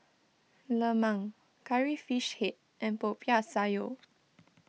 Lemang Curry Fish Head and Popiah Sayur